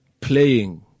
playing